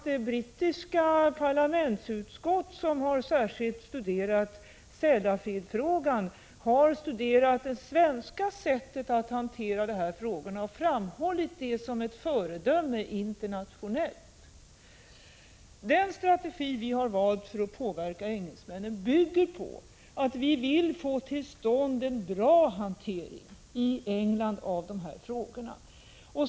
Det brittiska parlamentsutskott som särskilt har studerat frågan om Sellafield har granskat det svenska sättet att hantera dessa frågor, och man framhåller detta som ett föredöme internationellt. Den strategi vi har valt för att påverka engelsmännen bygger på att vi vill få till stånd en bra hantering av avfallsfrågorna i England.